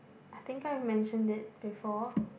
I think I mentioned it before